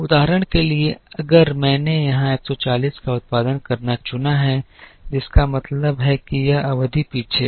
उदाहरण के लिए अगर मैंने यहां 140 का उत्पादन करना चुना है जिसका मतलब है कि यह अवधि पीछे है